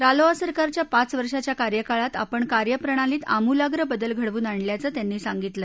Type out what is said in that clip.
रालोआ सरकारच्या पाच वर्षाच्या कार्यकाळात आपण कार्यप्रणातील आमूलाग्र बदल घडवून आणल्याचं त्यांनी सांगितलं